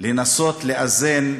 לנסות לאזן,